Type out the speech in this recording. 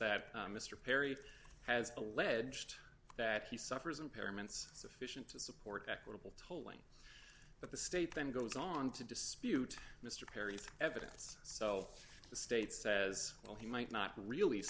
that mr perry has alleged that he suffers impairments sufficient to support equitable tolling but the state then goes on to dispute mr perry's evidence so the state says well he might not really